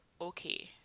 okay